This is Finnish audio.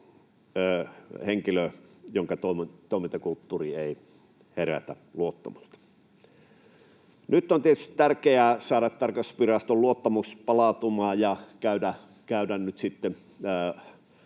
henkilö, jonka toimintakulttuuri ei herätä luottamusta. Nyt on tietysti tärkeää saada tarkastusviraston luottamus palautumaan ja käydä sitten